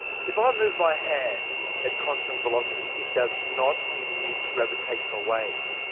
if i move my hand at constant velocity, it does not emit gravitational waves.